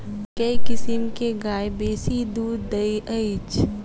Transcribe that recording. केँ किसिम केँ गाय बेसी दुध दइ अछि?